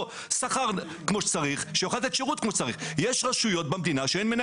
שכר כמו שצריך כך שהוא יוכל לתת שירות כמו שצריך.